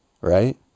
right